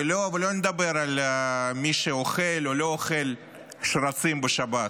ולא נדבר על מי שאוכל או לא אוכל שרצים בשבת,